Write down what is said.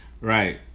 Right